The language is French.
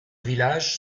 villages